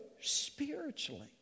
Spiritually